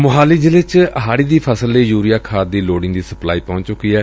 ਮੋਹਾਲੀ ਜ਼ਿਲ੍ਹੇ ਚ ਹਾੜੀ ਦੀ ਫਸਲ ਲਈ ਯੁਰੀਆ ਖਾਦ ਦੀ ਲੋੜੀਂਦੀ ਸਪਲਾਈ ਪਹੁੰਚ ਚੁੱਕੀ ਏ